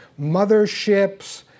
motherships